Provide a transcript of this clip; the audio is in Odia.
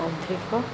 ଅଧିକ